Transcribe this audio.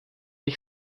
ich